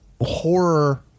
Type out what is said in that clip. horror